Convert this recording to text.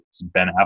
Ben